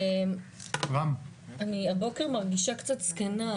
אני הבוקר מרגישה קצת זקנה,